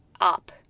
up